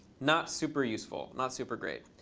not super useful, not super great.